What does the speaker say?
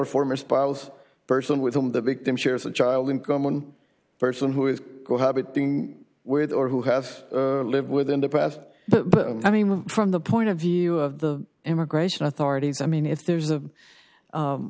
former spouse person with whom the victim shares a child income one person who is cohabit thing with or who have lived within the past but i mean one from the point of view of the immigration authorities i mean if there's a